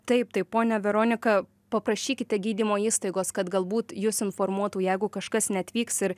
taip tai ponia veronika paprašykite gydymo įstaigos kad galbūt jus informuotų jeigu kažkas neatvyks ir